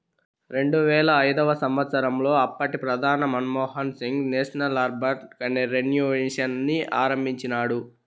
రెండువేల ఐదవ సంవచ్చరంలో అప్పటి ప్రధాని Manmohan Singh national urban renewal mission ని ఆరంభించినాడు